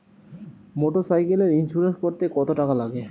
মোটরসাইকেলের ইন্সুরেন্স করতে কত টাকা লাগে?